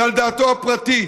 זה על דעתו הפרטית.